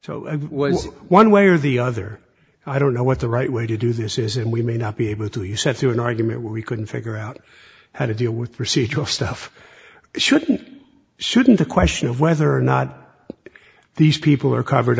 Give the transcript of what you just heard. was one way or the other i don't know what the right way to do this is and we may not be able to use it to an argument we couldn't figure out how to deal with procedural stuff shouldn't shouldn't the question of whether or not these people are covered